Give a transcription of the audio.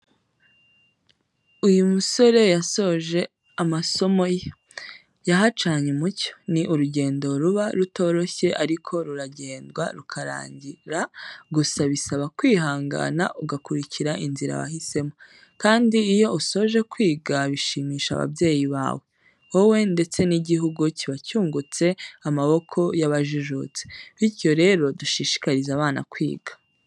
Uyu musore yasoje amasomo ye, yahacanye umucyo. Ni urugendo ruba rutoroshye ariko ruragendwa rukarangira gusa bisaba kwihangana ugakurikira inzira wahisemo, kandi iyo usoje kwiga bishimisha ababyeyi bawe, wowe ndetse n'igihugu kiba cyungutse amaboko yabajijutse. Bityo rero dushishikarize abana kwiga.